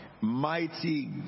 Mighty